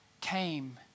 came